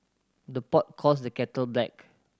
the pot calls the kettle black